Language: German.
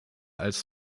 als